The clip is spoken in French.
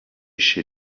chez